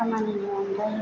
खामानिनि अनगायै